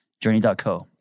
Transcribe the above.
journey.co